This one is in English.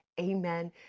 Amen